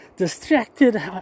distracted